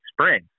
spring